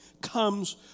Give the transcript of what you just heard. comes